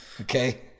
Okay